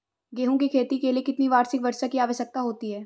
गेहूँ की खेती के लिए कितनी वार्षिक वर्षा की आवश्यकता होती है?